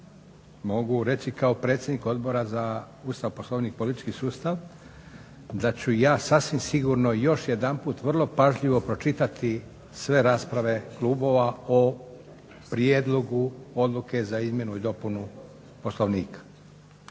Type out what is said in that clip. mogu reći kao predsjednik Odbora za Ustav, Poslovnik i politički sustav da ću ja sasvim sigurno još jedanput vrlo pažljivo pročitati sve rasprave klubova o Prijedlogu odluke za izmjenu i dopunu Poslovnika.